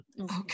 Okay